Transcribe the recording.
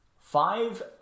five